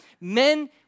men